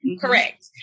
Correct